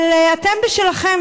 אבל אתם בשלכם,